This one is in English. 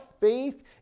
faith